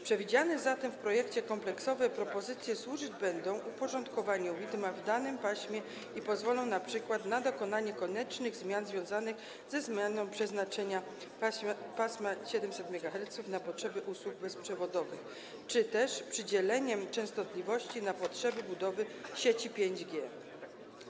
Przewidziane zatem w projekcie kompleksowe propozycje służyć będą uporządkowaniu widma w danym paśmie i pozwolą np. na dokonanie koniecznych zmian związanych ze zmianą przeznaczenia pasma 700 MHz na potrzeby usług bezprzewodowych czy też z przydzieleniem częstotliwości na potrzeby sieci 5G.